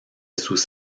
sus